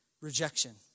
rejection